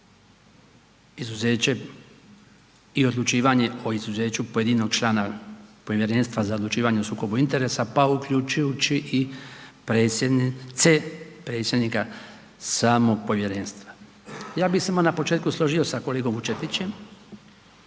izuzeće i odlučivanje o izuzeću pojedinog člana Povjerenstva za odlučivanje o sukobu interesa pa uključujući i predsjednice, predsjednika samog povjerenstva. Ja bih se odmah na početku složio sa kolegom Vučetićem